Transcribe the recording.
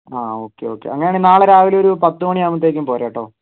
ആ okay okay അങ്ങനെ ആണെങ്കിൽ നാളെ രാവിലെ ഒരു പത്ത് മണി ആകുമ്പോഴത്തേക്കും പോര് കേട്ടോ